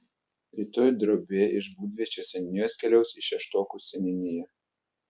rytoj drobė iš būdviečio seniūnijos keliaus į šeštokų seniūniją